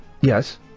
Yes